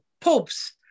Popes